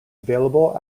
available